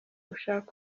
ushake